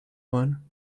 one